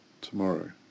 tomorrow